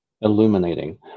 illuminating